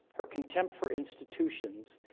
her contempt for institutions,